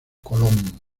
colón